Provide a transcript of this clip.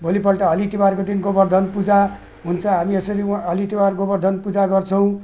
भोलिपल्ट हली तिहारको दिन गोबर्धन पूजा हुन्छ हामी यसरी वहाँ हली तिहार गोबर्धन पूजा गर्छौँ